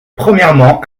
premièrement